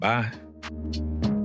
Bye